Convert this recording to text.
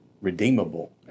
redeemable